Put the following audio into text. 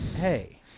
Hey